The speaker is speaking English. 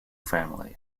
families